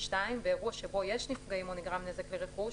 באירוע שבו יש נפגעים או נגרם נזק לרכוש-